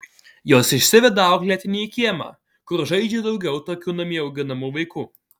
jos išsiveda auklėtinį į kiemą kur žaidžia daugiau tokių namie auginamų vaikų